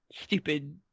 stupid